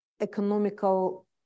economical